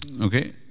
Okay